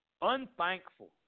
Unthankful